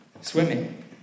swimming